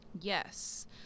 Yes